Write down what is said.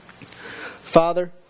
Father